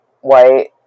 white